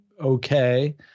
okay